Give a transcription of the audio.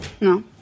No